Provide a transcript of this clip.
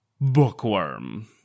bookworm